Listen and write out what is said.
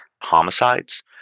homicides